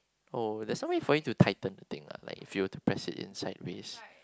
oh there's some way for you to tighten the thing lah like if you were to press it in sideways